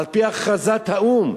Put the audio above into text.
על-פי הכרזת האו"ם,